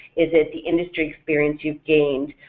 is it the industry experience you've gained,